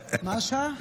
מה השעה?